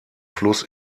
fluss